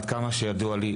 עד כמה שידוע לי,